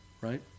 right